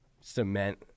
cement